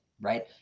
right